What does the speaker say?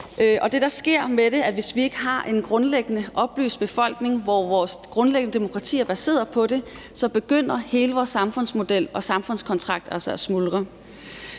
Det, der sker, når vi ikke har en grundlæggende oplyst befolkning, som vores demokrati grundlæggende er baseret på, så begynder hele vores samfundsmodel og samfundskontrakt altså at smuldre.